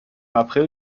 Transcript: april